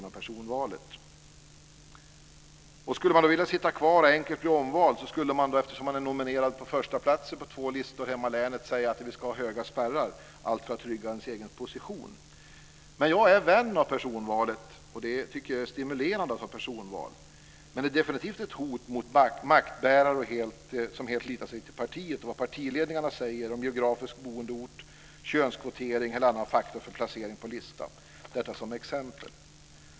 Om man skulle vilja sitta kvar och enkelt bli omvald skulle man som först placerad på två listor hemma i länet säga att spärrarna ska vara höga, allt för att trygga den egna positionen. Men jag är vän av personvalet. Jag tycker att det är stimulerande med personval. Men det är definitivt ett hot mot maktbärare som helt litar på partiet och vad partiledningarna säger om geografisk boendeort, könskvotering eller annan faktor för placering på en lista. Detta som exempel.